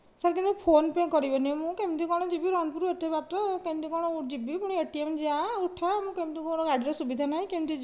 sir କିନ୍ତୁ PhonePe କରିବେନି ମୁଁ କେମିତି କ'ଣ ଯିବି ରଣପୁର ଏତେ ବାଟ କେମିତି କ'ଣ ଯିବି ପୁଣି ଏଟିଏମ ଯା ଉଠା ମୁଁ କେମିତି କ'ଣ ଗାଡ଼ିର ସୁବିଧା ନାହିଁ କେମିତି ଯିବି ଯେ